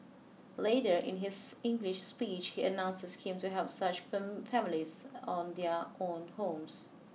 later in his English speech he announced a scheme to help such families on their own homes